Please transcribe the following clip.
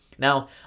Now